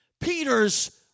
Peter's